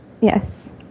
Yes